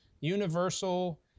universal